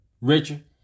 Richard